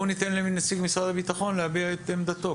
ניתן לנציג משרד הביטחון להגיע את עמדתו.